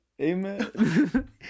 Amen